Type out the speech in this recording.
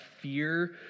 fear